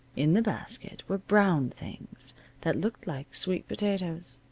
in the basket were brown things that looked like sweet potatoes.